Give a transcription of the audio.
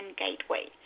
gateway